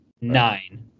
nine